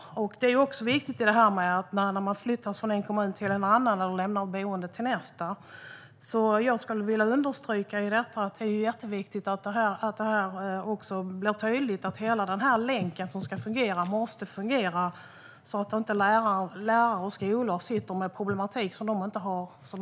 Jag vill understryka, när det gäller det här med att man flyttas från en kommun till en annan eller från ett boende till nästa, att det är jätteviktigt att det också blir tydligt att hela den här länken som ska fungera måste fungera på ett sådant sätt att inte lärare och skolor blir sittande med en problematik som de ska lösa.